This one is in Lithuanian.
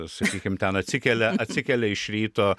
sakykim ten atsikelia atsikelia iš ryto